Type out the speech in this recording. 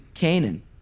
Canaan